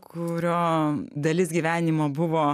kurio dalis gyvenimo buvo